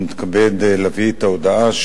אני מתכבד להביא את ההודעה,